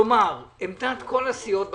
כלומר עמדת כל הסיעות בכנסת,